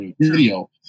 video